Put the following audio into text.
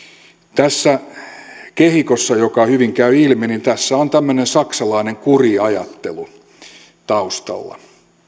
tässä kehikossa joka hyvin käy ilmi on tämmöinen saksalainen kuriajattelu taustalla